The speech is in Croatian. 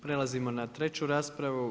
Prelazimo na treću raspravu.